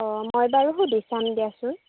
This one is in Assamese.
অ' মই বাৰু সুধি চাম দিয়াচোন